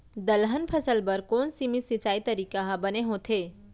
दलहन फसल बर कोन सीमित सिंचाई तरीका ह बने होथे?